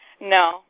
No